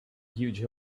huge